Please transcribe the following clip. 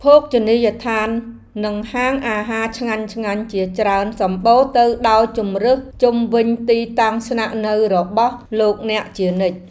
ភោជនីយដ្ឋាននិងហាងអាហារឆ្ងាញ់ៗជាច្រើនសម្បូរទៅដោយជម្រើសជុំវិញទីតាំងស្នាក់នៅរបស់លោកអ្នកជានិច្ច។